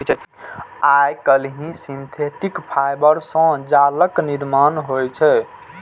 आइकाल्हि synthetic fibre सं जालक निर्माण होइ छै